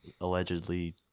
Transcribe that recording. allegedly